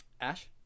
Ash